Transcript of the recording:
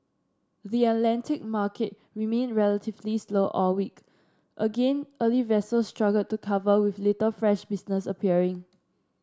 the Atlantic market remained relatively slow all week again early vessels struggled to cover with little fresh business appearing